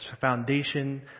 foundation